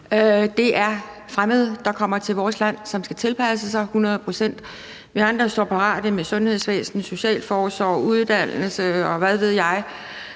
Det er fremmede, der kommer til vores land, og som skal tilpasse sig hundrede procent. Vi andre står parat med sundhedsvæsen, socialforsorg, uddannelse, og hvad ved jeg.